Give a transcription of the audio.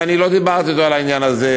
ואני לא דיברתי אתו על העניין הזה,